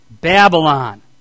Babylon